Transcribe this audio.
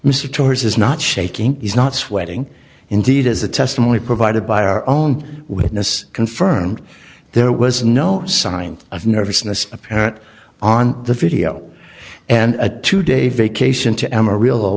mr torres is not shaking he's not sweating indeed as the testimony provided by our own witness confirmed there was no sign of nervousness apparent on the video and a two day vacation to amarillo